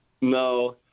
no